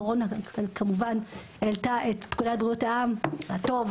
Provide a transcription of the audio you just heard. הקורונה כמובן העלתה את פקודת בריאות העם לטוב,